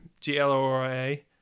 G-L-O-R-I-A